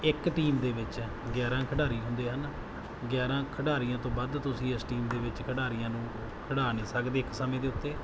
ਇੱਕ ਟੀਮ ਦੇ ਵਿੱਚ ਗਿਆਰ੍ਹਾਂ ਖਿਡਾਰੀ ਹੁੰਦੇ ਹਨ ਗਿਆਰ੍ਹਾਂ ਖਿਡਾਰੀਆਂ ਤੋਂ ਵੱਧ ਤੁਸੀਂ ਇਸ ਟੀਮ ਦੇ ਵਿੱਚ ਖਿਡਾਰੀਆਂ ਨੂੰ ਖਿਡਾ ਨਹੀਂ ਸਕਦੇ ਇੱਕ ਸਮੇਂ ਦੇ ਉੱਤੇ